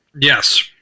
Yes